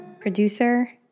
Producer